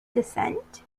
descent